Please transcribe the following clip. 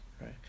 right